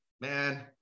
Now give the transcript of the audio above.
man